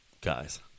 guys